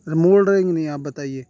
ارے موڑ رہے ہیں کہ نہیں آپ بتائیے